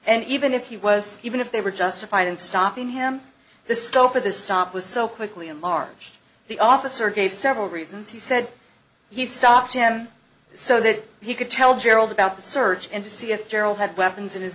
and even if he was even if they were justified in stopping him the scope of the stop was so quickly in march the officer gave several reasons he said he stopped him so that he could tell gerald about the search and to see if darryl had weapons in his